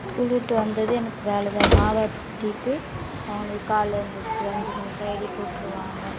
school விட்டு வந்தது எனக்கு வேலை தான் மாவாட்டிவிட்டு நாளைக்கு காலையில எந்துரிச்சு அஞ்சு மணிக்கு தான் எழுப்பிவிட்டுருவாங்க